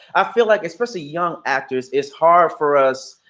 i feel like especially young actors, it's hard for us.